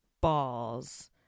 balls